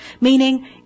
Meaning